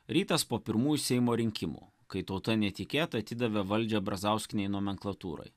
rytas po pirmųjų seimo rinkimų kai tauta netikėtai atidavė valdžią brazauskienei nomenklatūrai